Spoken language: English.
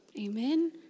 Amen